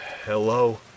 Hello